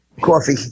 Coffee